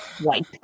white